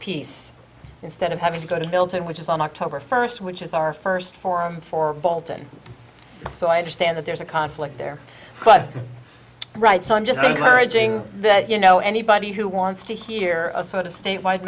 piece instead of having to go to bilton which is on october first which is our first forum for bolton so i understand that there's a conflict there but right so i'm just encouraging that you know anybody who wants to hear a sort of state wide